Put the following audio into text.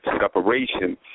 separation